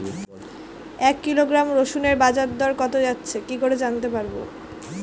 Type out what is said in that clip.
এক কিলোগ্রাম রসুনের বাজার দর কত যাচ্ছে কি করে জানতে পারবো?